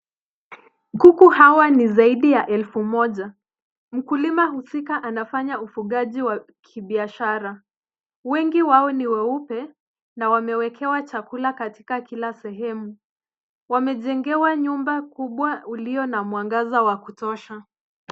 Kuku hawa ni zaidi ya elfu moja. Mkulima husika anafanya ufugaji wa kibiashara. Wengi wao ni weupe na wamewekewa chakula katika kila sehemu. Wamejengewa nyumba kubwa ulio na mwangaza wa kutosha.